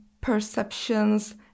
perceptions